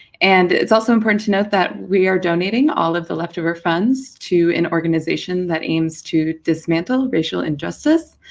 and it's also important to note that we are donating all of the leftover funds to an organisation that aims to dismantle racial injustice,